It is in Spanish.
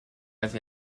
hacia